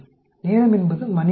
நேரம் என்பது மணிநேரங்கள்